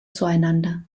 zueinander